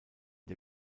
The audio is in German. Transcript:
der